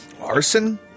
Arson